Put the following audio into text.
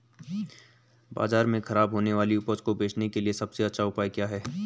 बाजार में खराब होने वाली उपज को बेचने के लिए सबसे अच्छा उपाय क्या हैं?